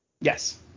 Yes